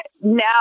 now